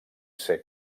ser